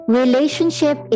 relationship